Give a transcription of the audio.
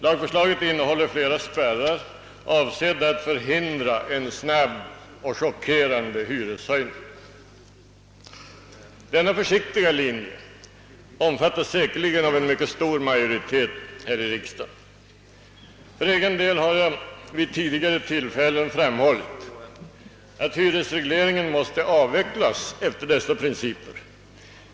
Lagförslaget innehåller flera spärrar avsedda att förhindra en snabb och chockerande hyreshöjning. Denna försiktiga linje omfattas säkerligen av en mycket stor majoritet i riksdagen. För egen del har jag vid tidigare tillfällen framhållit att hyresregleringen måste avvecklas efter dessa principer.